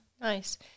Nice